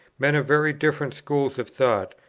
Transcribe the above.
men of very different schools of thought,